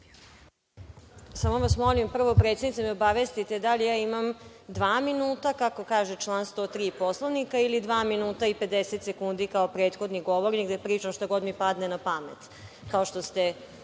Samo vas molim, prvo, predsednice da me obavestite da li ja imam dva minuta, kako kaže član 103. Poslovnika, ili dva minuta i 50 sekundi kao prethodni govornik, da pričam šta god mi padne na pamet, kao što ste